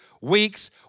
weeks